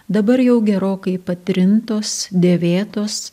dabar jau gerokai patrintos dėvėtos